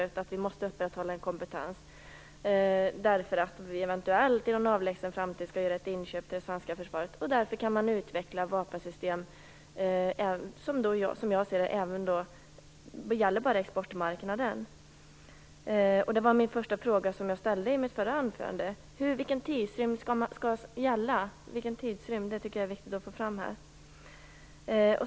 Han säger att vi måste upprätthålla en kompetens eftersom vi eventuellt i en avlägsen framtid skall göra ett inköp till det svenska försvaret, och att man därför kan utveckla vapensystem för bara exportmarknaden. Det var den första fråga jag ställde i mitt förra anförande: Vilken tidsrymd skall gälla? Det tycker jag är viktigt att få fram.